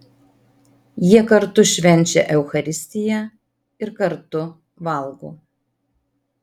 jie kartu švenčia eucharistiją ir kartu valgo